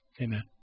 Amen